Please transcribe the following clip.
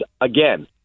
again